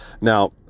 Now